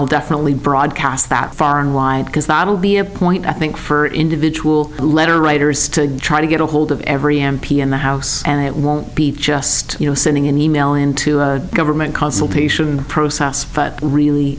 i'll definitely broadcast that far and wide because that'll be a point i think for individual letter writers to try to get a hold of every m p in the house and it won't be just you know sending an e mail into a government consultation process but really